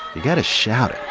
you've got to shout it